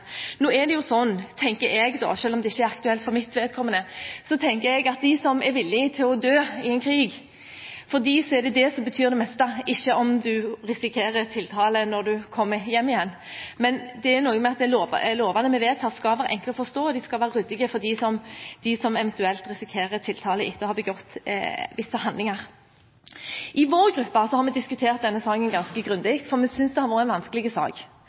Nå er det sånn, tenker jeg – selv om det ikke er aktuelt for mitt vedkommende – at er man villig til å dø i en krig, er det det som betyr mest, ikke om man risikerer tiltale når man kommer hjem igjen. Men det er noe med at lovene vi vedtar, skal være enkle å forstå, og de skal være ryddige for dem som eventuelt risikerer tiltale etter å ha begått visse handlinger. I vår gruppe har vi diskutert denne saken ganske grundig, for vi synes det har vært en vanskelig sak.